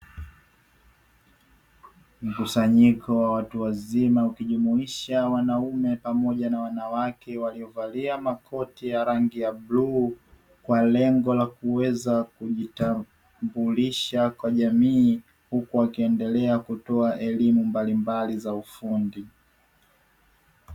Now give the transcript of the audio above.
Mkusanyiko wa watu wazima ukijumuisha wanaume pamoja na wanawake waliovalia makoti ya rangi ya bluuu, kwa lengo la kuweza kujitambulisha kwa jamii huku wakiendelea kutoa elimu mbalimbali za ufundi.